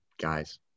guys